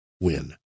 win